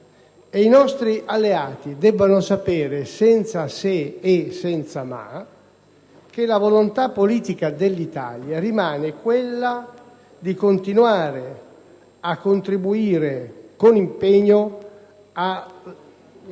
I nostri alleati devono sapere, senza se e senza ma, che la volontà politica dell'Italia rimane quella di continuare a contribuire con un impegno che,